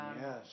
Yes